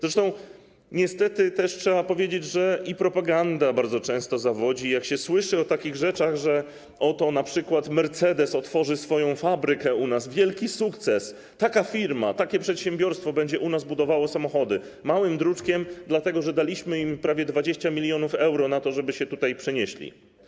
Zresztą niestety też trzeba powiedzieć, że i propaganda bardzo często zawodzi, jak się słyszy o takich rzeczach, że oto np. Mercedes otworzy swoją fabrykę u nas, wielki sukces, taka firma, takie przedsiębiorstwo będzie u nas budowało samochody, a małym druczkiem: dlatego że daliśmy im prawie 20 mln euro na to, żeby się tutaj przenieśli.